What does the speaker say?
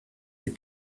the